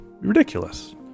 Ridiculous